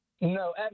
No